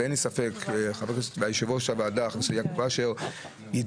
אין לי ספק שיושב-ראש הוועדה חבר הכנסת יעקב אשר יידע